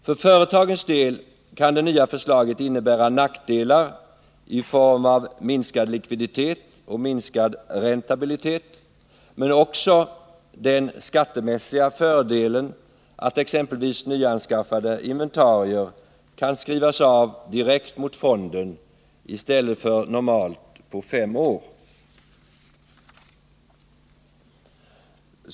För företagens del kan det nya förslaget innebära nackdelar i form av en minskning av likviditeten och av räntabiliteten, men också den skattemässiga fördelen att exempelvis nyanskaffade inventarier kan skrivas av direkt mot fonden i stället för normalt på fem år.